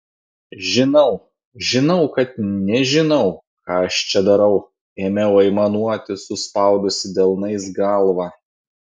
žinau žinau kad nežinau ką aš čia darau ėmiau aimanuoti suspaudusi delnais galvą